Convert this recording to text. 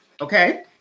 Okay